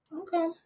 okay